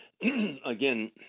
Again